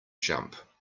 jump